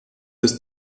des